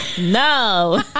no